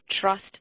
trust